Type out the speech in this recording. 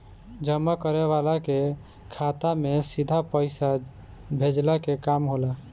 जमा करे वाला के खाता में सीधा पईसा भेजला के काम होला